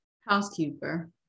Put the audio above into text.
housekeeper